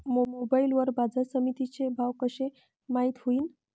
Mobile वर बाजारसमिती चे भाव कशे माईत होईन?